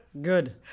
Good